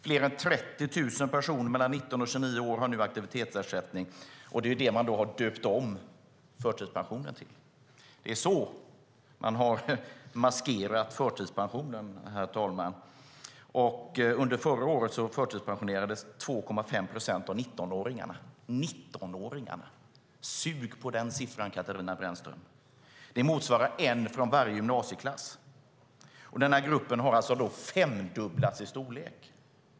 Fler än 30 000 personer mellan 19 och 29 år har nu aktivitetsersättning, och det är det som man har döpt om förtidspensionen till. Det är så man har maskerat förtidspensionen. Under förra året förtidspensionerades 2,5 procent av 19-åringarna. Sug på den siffran, Katarina Brännström! Det motsvarar en från varje gymnasieklass. Denna grupp har alltså femdubblats i storlek.